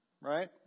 right